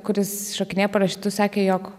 kuris šokinėja parašiutu sakė jog